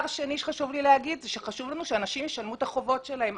שנית, חשוב לנו שאנשים ישלמו את החובות שלהם.